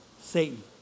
Satan